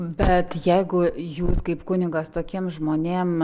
bet jeigu jūs kaip kunigas tokiem žmonėm